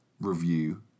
review